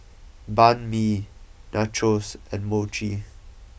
Banh Mi Nachos and Mochi